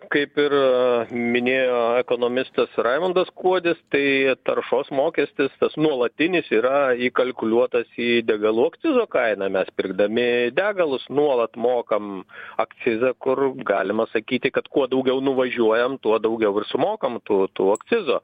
kaip ir minėjo ekonomistas raimundas kuodis tai taršos mokestis tas nuolatinis yra įkalkuliuotas į degalų akcizo kainą mes pirkdami degalus nuolat mokam akcizą kur galima sakyti kad kuo daugiau nuvažiuojam tuo daugiau ir sumokam tų tų akcizo